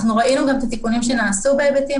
אנחנו גם ראינו את התיקונים שנעשו בהיבטים